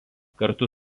kartu